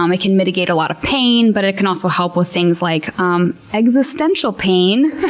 um it can mitigate a lot of pain, but it can also help with things like um existential pain.